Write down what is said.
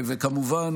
וכמובן,